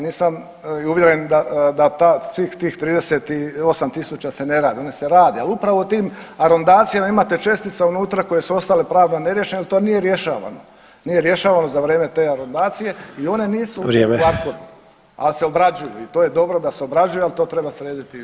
Nisam uvjeren da svih tih 38.000 se ne radi, oni se rade, ali upravo u tim arondacijama imate čestice unutra koje su ostale pravno neriješene jer to nije rješavano, nije rješavano za vrijeme te arondacije i one nisu u ARKOD-u ali se obrađuju i to je dobro da se obrađuju, ali to treba srediti.